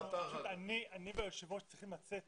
אני והיושב-ראש צריכים לצאת,